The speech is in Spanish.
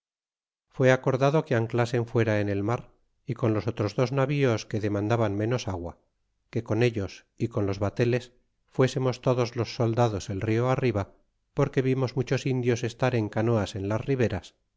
fué acordado que anclasen fuera en el mar y con los otros dos navíos que demandaban ménos agua que con ellos é con los bateles fuesemos todos los soldados el rio arriba porque vimos muchos indios estar en canoas en las riberas